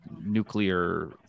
nuclear